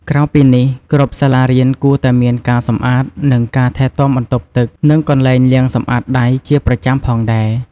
ក្រៅពីនេះគ្រប់សាលារៀនគួរតែមានការសម្អាតនិងការថែទាំបន្ទប់ទឹកនិងកន្លែងលាងសម្អាតដៃជាប្រចាំផងដែរ។